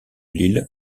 l’île